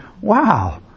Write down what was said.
wow